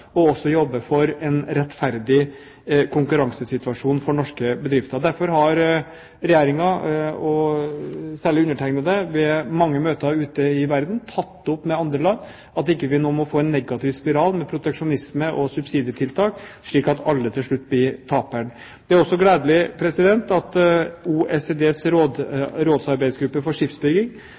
det også viktig at vi har gode avtaler med andre land, ikke minst handelsavtaler, slik at våre bedrifter får tilgang, og at vi jobber for en rettferdig konkurransesituasjon for norske bedrifter. Derfor har Regjeringen, og særlig jeg, ved mange møter ute i verden tatt opp med andre land at vi ikke nå må få en negativ spiral med proteksjonisme og subsidietiltak, slik at alle til slutt blir tapere. Det